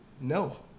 No